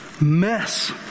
mess